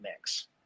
mix